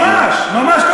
ממש, ממש.